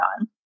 on